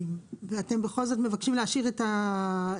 אתם בכל זאת מבקשים להשאיר את ההוראות